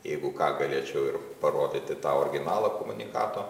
jeigu ką galėčiau ir parodyti tą originalą komunikato